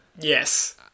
Yes